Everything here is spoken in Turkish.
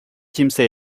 kimse